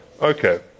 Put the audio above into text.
Okay